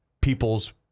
people's